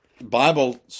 Bible